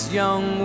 young